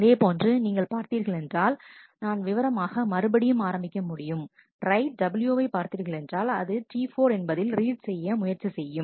இதேபோன்று நீங்கள் இங்கே பார்த்தீர்கள் என்றால் நான் விவரமாக மறுபடியும் ஆரம்பிக்க முடியும் ரைட் W வை பார்த்தீர்களென்றால் அது T4 என்பதில் ரீட் செய்ய முயற்சி செய்யும்